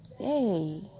Yay